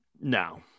No